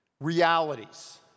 realities